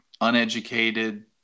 uneducated